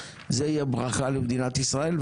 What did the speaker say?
זה יהיה ברכה למדינת ישראל,